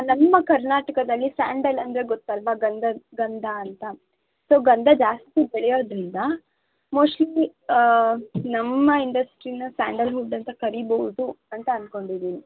ನಮ್ಮ ಕರ್ನಾಟಕದಲ್ಲಿ ಸ್ಯಾಂಡಲ್ ಅಂದರೆ ಗೊತ್ತಲ್ಲವಾ ಗಂಧದ ಗಂಧ ಅಂತ ಸೊ ಗಂಧ ಜಾಸ್ತಿ ಬೆಳೆಯೋದರಿಂದ ಮೋಸ್ಟ್ಲಿ ನಮ್ಮ ಇಂಡಸ್ಟ್ರೀನ ಸ್ಯಾಂಡಲ್ವುಡ್ ಅಂತ ಕರೀಬೌದು ಅಂತ ಅಂದ್ಕೊಂಡಿದೀನಿ